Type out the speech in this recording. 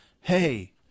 hey